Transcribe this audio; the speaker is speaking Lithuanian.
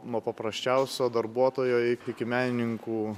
nuo paprasčiausio darbuotojo ik iki menininkų